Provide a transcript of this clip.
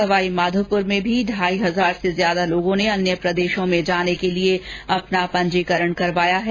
सवाईमाधोपुर में भी ढाई हजार से ज्यादा लोगों ने अन्य प्रदेशों में जाने के लिए अपना पंजीकरण करवाया है